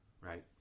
Right